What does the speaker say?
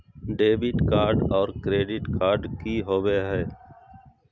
Debit card और credit card की होवे हय?